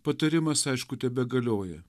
patarimas aišku tebegalioja